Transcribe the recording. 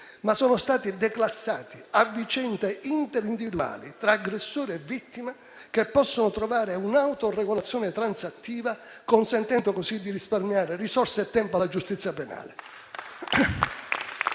ma sono stati declassati a vicende interindividuali tra aggressore e vittima, che possono trovare un'autoregolazione transattiva, consentendo così di risparmiare risorse e tempo alla giustizia penale.